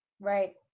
Right